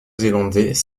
zélandais